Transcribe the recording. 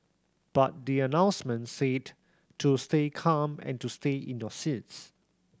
but the announcement said to stay calm and to stay in your seats